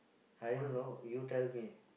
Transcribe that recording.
I don't know you tell me